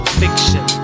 fiction